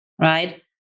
right